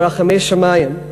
לרחמי שמים,